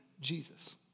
Jesus